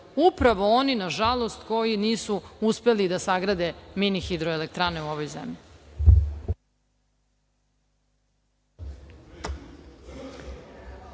upravo oni, nažalost, koji nisu uspeli da sagrade minihidroelektrane u ovoj zemlji.